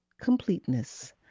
completeness